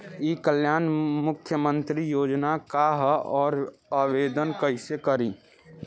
ई कल्याण मुख्यमंत्री योजना का है और आवेदन कईसे करी?